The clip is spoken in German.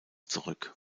zurück